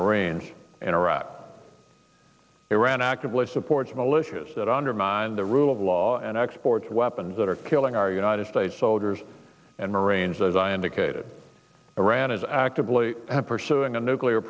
marines in iraq iran actively supports militias that undermine the rule of law and exports weapons that are killing our united states soldiers and marines as i indicated iran is actively pursuing a nuclear